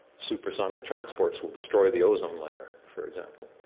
supersonic transport will destroy the ozone layer, for example,